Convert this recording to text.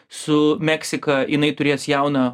su meksika jinai turės jauną